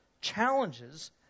challenges